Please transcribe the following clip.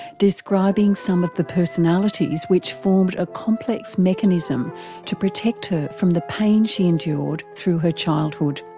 describing some of the personalities which formed a complex mechanism to protect her from the pain she endured through her childhood.